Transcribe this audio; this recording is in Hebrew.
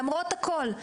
למרות הכול,